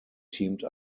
teamed